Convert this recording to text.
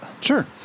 Sure